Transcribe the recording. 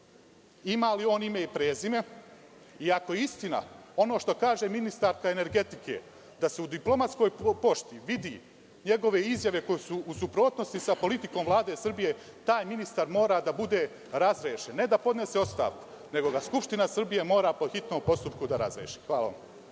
Ima li on ime i prezime? Ako je istina ono što kaže ministarka energetike, da se u diplomatskoj pošti vide njegove izjave koje su u suprotnosti sa politikom Vlade Srbije, taj ministar mora da bude razrešen. Ne da podnese ostavku, nego ga Skupština Srbije mora po hitnom postupku razrešiti. Hvala.